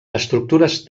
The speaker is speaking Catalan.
estructures